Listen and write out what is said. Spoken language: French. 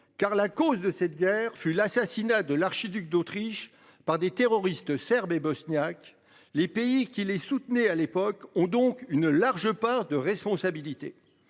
car la cause de cette guerre fut l'assassinat de l'archiduc d'Autriche par des terroristes Serbes et. Les pays qui les soutenait à l'époque ont donc une large part de responsabilité,